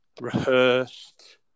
rehearsed